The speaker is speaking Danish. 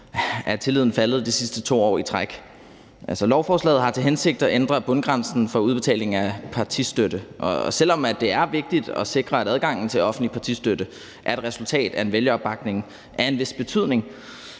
er tilliden faldet i de sidste 2 år i træk. Lovforslaget har til hensigt at ændre bundgrænsen for udbetaling af partistøtte, og selv om det er vigtigt at sikre, at adgangen til offentlig partistøtte er et resultat af en vælgeropbakning af en vis betydning,